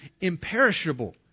imperishable